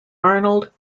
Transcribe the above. arnold